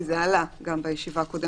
כי אותה הערה עלתה גם בישיבה הקודמת.